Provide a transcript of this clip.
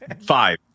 five